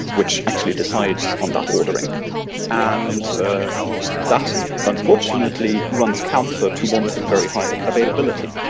which actually decides on that ordering and ah that unfortunately runs counter to wanting very high availability.